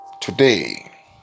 today